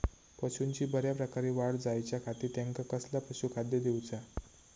पशूंची बऱ्या प्रकारे वाढ जायच्या खाती त्यांका कसला पशुखाद्य दिऊचा?